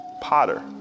potter